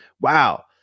Wow